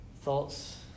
Thoughts